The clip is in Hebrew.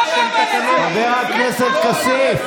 חבר הכנסת כסיף,